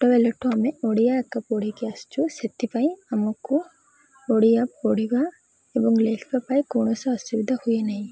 ଛୋଟ ବେଳଠୁ ଆମେ ଓଡ଼ିଆ ଏକ ପଢ଼ିକି ଆସିଛୁ ସେଥିପାଇଁ ଆମକୁ ଓଡ଼ିଆ ପଢ଼ିବା ଏବଂ ଲେଖିବା ପାଇଁ କୌଣସି ଅସୁବିଧା ହୁଏ ନାହିଁ